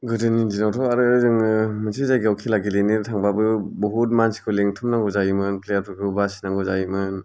गोदोनि दिनावथ' जोङो मोनसे जायगायाव खेला गेलेनो थांबाबो बहुथ मानसिखौ लेंथुमनांगौ जायोमोन प्लेयार फोरखौ बासिनांगौ जायोमोन